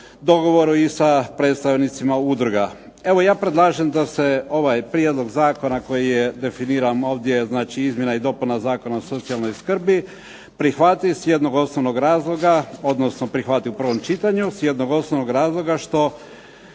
dogovoru i sa predstavnicima udruga. Ja predlažem da se ovaj prijedlog zakona koji je definiran ovdje, znači izmjena i dopuna Zakona o socijalnoj skrbi prihvati iz jednog osnovnog razloga, odnosno prihvati u prvom čitanju iz jednog osnovnog razloga što